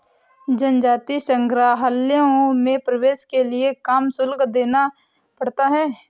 जनजातीय संग्रहालयों में प्रवेश के लिए काम शुल्क देना पड़ता है